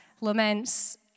laments